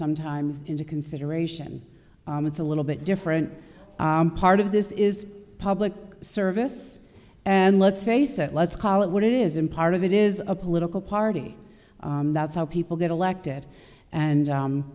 sometimes into consideration it's a little bit different part of this is public service and let's face it let's call it what it is in part of it is a political party that's how people get elected and